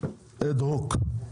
אד הוק,